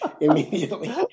Immediately